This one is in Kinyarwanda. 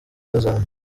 azam